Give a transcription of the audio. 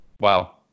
Wow